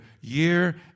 Year